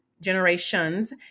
generations